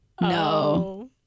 No